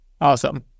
Awesome